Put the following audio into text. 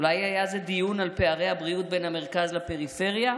אולי היה זה דיון על פערי הבריאות בין המרכז לפריפריה?